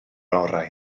orau